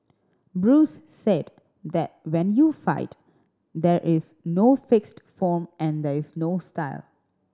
Bruce said that when you fight there is no fixed form and there is no style